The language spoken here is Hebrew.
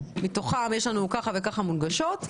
מתוכן יש לכם כך וכך מרפאות מונגשות,